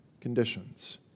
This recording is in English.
conditions